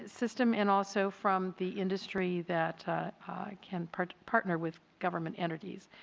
system and also from the industry that can partner partner with government entities.